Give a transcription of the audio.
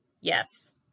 Yes